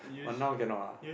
but now cannot lah